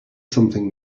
something